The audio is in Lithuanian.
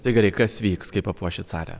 tai gerai kas vyks kai papuošit salę